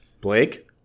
blake